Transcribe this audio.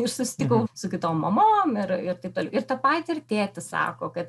ir susitikau su kitom mamom ir ir taip toliau ir tą patį ir tėtis sako kad